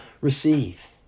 receive